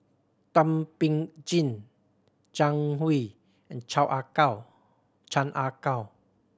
Thum Ping Tjin Zhang Hui and Chao Ah Kow Chan Ah Kow